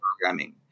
programming